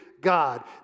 God